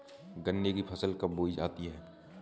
गन्ने की फसल कब बोई जाती है?